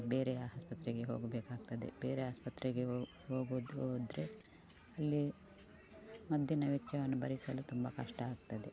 ಬೇರೆ ಆಸ್ಪತ್ರೆಗೆ ಹೋಗಬೇಕಾಗ್ತದೆ ಬೇರೆ ಆಸ್ಪತ್ರೆಗೆ ಹೋಗಿ ಹೋಗೋದು ಹೋದರೆ ಅಲ್ಲಿ ಮದ್ದಿನ ವೆಚ್ಚವನ್ನು ಭರಿಸಲು ತುಂಬ ಕಷ್ಟ ಆಗ್ತದೆ